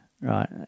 right